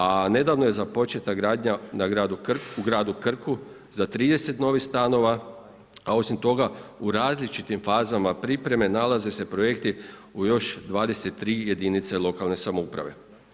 A nedavno je započeta gradnja u gradu Krku za 30 novih stanova, a osim toga u različitim fazama pripreme nalaze se projekti u još 23 jedinice lokalne samouprave.